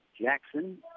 Jackson